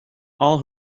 all